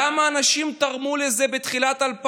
כמה אנשים תרמו לזה בתחילת 2000?